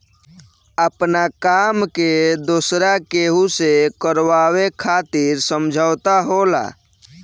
आपना काम के दोसरा केहू से करावे खातिर समझौता होला